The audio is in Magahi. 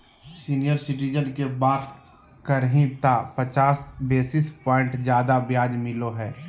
सीनियर सिटीजन के बात करही त पचास बेसिस प्वाइंट ज्यादा ब्याज मिलो हइ